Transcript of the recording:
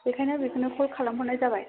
बेखायनो बेखौनो कल खालाम हरनाय जाबाय